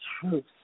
truth